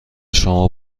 شما